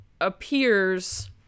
appears